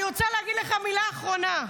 אני רוצה להגיד לך מילה אחרונה: